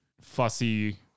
fussy